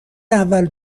اول